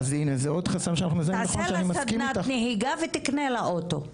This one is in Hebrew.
תעשה לה סדנת נהיגה ותקנה לה אוטו.